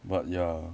but ya